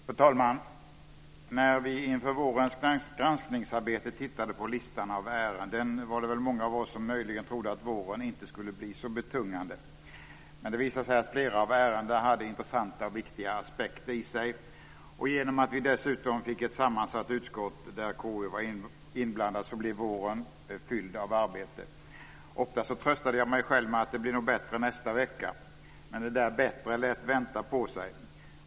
Fru talman! När vi inför vårens granskningsarbete tittade på listan av ärenden var det väl många av oss som möjligen trodde att våren inte skulle bli så betungande. Men det visade sig att flera av ärenden hade intressanta och viktiga aspekter i sig. Och genom att vi dessutom fick ett sammansatt utskott där KU blev inblandat blev våren fylld av mycket arbete. Ofta tröstade jag mig själv med att "det blir nog bättre nästa vecka", men det där "bättre" lät vänta på sig.